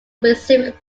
specific